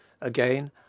again